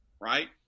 right